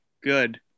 good